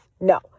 no